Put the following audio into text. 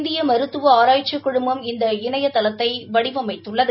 இந்திய மருத்துவ ஆராய்ச்சிக் குழுமம் இந்த இணையதளத்தை வடிவமைத்துள்ளது